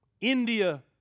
India